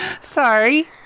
Sorry